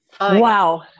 Wow